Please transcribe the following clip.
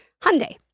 Hyundai